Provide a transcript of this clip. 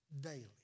daily